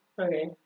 Okay